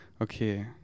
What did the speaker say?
Okay